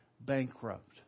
bankrupt